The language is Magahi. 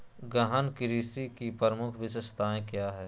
गहन कृषि की प्रमुख विशेषताएं क्या है?